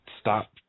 stop